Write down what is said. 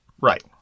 Right